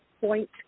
point